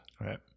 Right